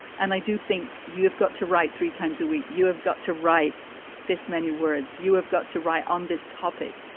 and i do think you have got to write three times a week. you have got to write this many words. you have got to write on this topic.